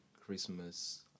Christmas